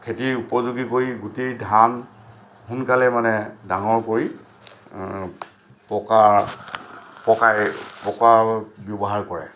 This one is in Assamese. খেতিৰ উপযোগী কৰি গোটেই ধান সোনকালে মানে ডাঙৰ কৰি পকা পকায় পকা ব্যৱহাৰ কৰে